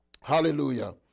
Hallelujah